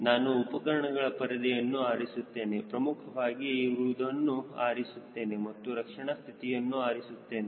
ನಾನು ಉಪಕರಣ ಪರದೆಯನ್ನು ಆರಿಸುತ್ತೇನೆ ಪ್ರಮುಖವಾಗಿ ರುವುದನ್ನು ಆರಿಸುತ್ತೇನೆ ಮತ್ತು ರಕ್ಷಣಾ ಸ್ಥಿತಿಯನ್ನು ಆರಿಸುತ್ತೇನೆ